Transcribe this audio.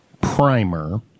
primer